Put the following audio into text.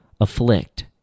afflict